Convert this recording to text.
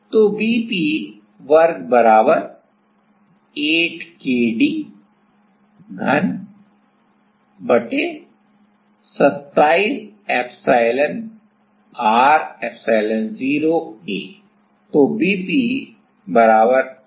तो Vp वर्ग बराबर 8 K d घन 27 epsilon r epsilon0 A से विभाजित है